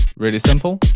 really simple,